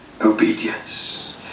Obedience